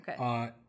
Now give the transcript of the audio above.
Okay